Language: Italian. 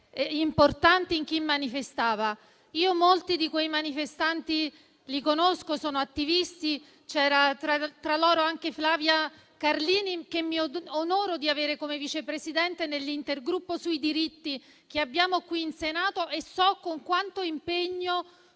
importanti in chi manifestava. Io molti di quei manifestanti li conosco. Sono attivisti e tra loro vi era anche Flavia Carlini, che mi onoro di avere come vice presidente dell'intergruppo sui diritti presente in Senato. Io so con quanto impegno